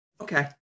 Okay